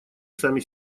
сами